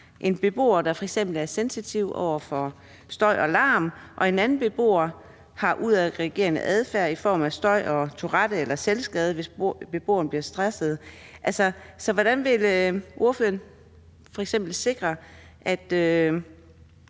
En beboer kan f.eks. være sensitiv over for støj og larm; en anden beboer kan have udadreagerende adfærd i form af støj, Tourettes syndrom eller selvskade, hvis beboeren bliver stresset. Så hvordan vil ordføreren f.eks. sikre, at